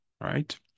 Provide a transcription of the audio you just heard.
right